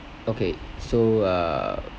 okay so err